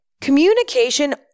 communication